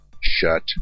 shut